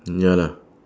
mm ya lah